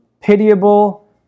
pitiable